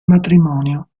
matrimonio